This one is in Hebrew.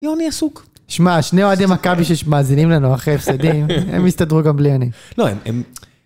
יוני עסוק. שמע, שני אוהדים מכבי שמאזינים לנו אחרי הפסדים, הם יסתדרו גם בלי אני. לא, הם...